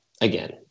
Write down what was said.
Again